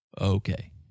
okay